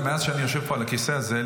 מאז שאני יושב פה על הכיסא הזה,